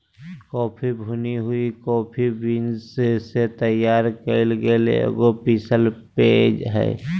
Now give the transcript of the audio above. coffee भुनी हुई coffee beans से तैयार कइल गेल एगो पीसल पेय हइ